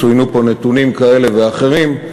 צוינו פה נתונים כאלה ואחרים,